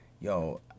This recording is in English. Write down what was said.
yo